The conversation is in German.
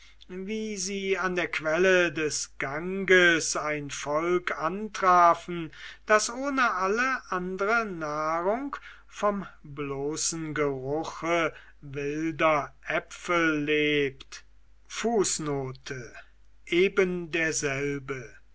wie sie an der quelle des ganges ein volk antrafen das ohne alle andre nahrung vom bloßen geruche wilder äpfel lebt